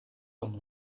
dum